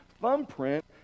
thumbprint